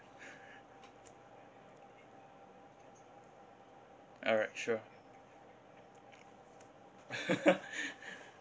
alright sure